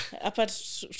Apart